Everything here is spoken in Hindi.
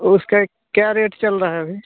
उसका क्या रेट चल रहा है अभी